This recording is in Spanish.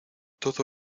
todo